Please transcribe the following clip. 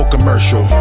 Commercial